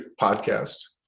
podcast